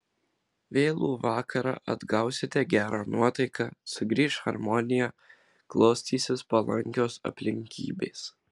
vėlų vakarą atgausite gerą nuotaiką sugrįš harmonija klostysis palankios aplinkybės